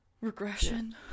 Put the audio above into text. regression